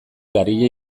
garia